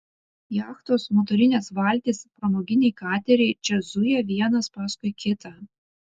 jachtos motorinės valtys pramoginiai kateriai čia zuja vienas paskui kitą